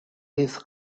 this